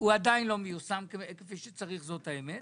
הוא עדיין לא מיושם כפי שצריך, זוהי האמת.